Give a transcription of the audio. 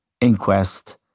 inquest